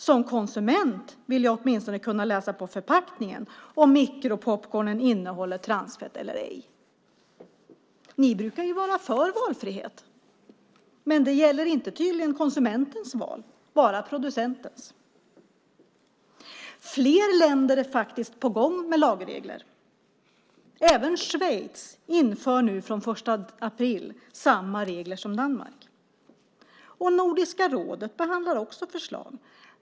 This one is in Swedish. Som konsument vill jag åtminstone kunna läsa på förpackningen om micropopcornen innehåller transfett eller ej. Ni brukar ju vara för valfrihet. Det gäller tydligen inte konsumentens val, bara producentens. Flera länder är faktiskt på gång med lagregler. Även Schweiz inför från den 1 april samma regler som Danmark. Nordiska rådet behandlar också ett förslag.